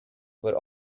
were